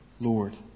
Lord